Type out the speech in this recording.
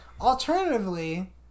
alternatively